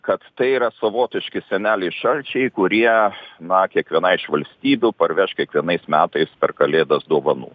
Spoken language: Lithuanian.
kad tai yra savotiški seneliai šalčiai kurie na kiekvienai iš valstybių parveš kiekvienais metais per kalėdas dovanų